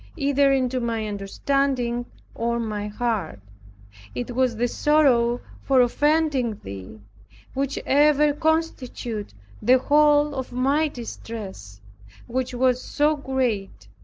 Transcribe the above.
either into my understanding or my heart it was the sorrow for offending thee which ever constituted the whole of my distress which was so great.